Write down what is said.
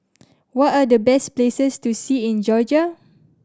what are the best places to see in Georgia